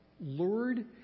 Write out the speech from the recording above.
lured